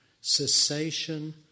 cessation